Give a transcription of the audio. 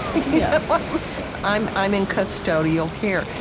yeah um i'm i'm in custodial care.